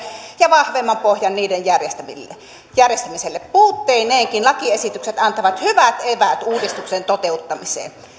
ja vahvemman pohjan niiden järjestämiselle puutteineenkin lakiesitykset antavat hyvät eväät uudistuksen toteuttamiseen